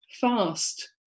Fast